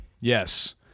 Yes